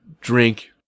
drink